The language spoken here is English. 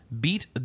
Beat